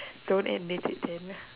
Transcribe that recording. so that ends it then